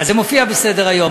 זה מופיע בסדר-היום.